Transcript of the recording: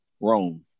Rome